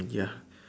ya